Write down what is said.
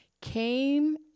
came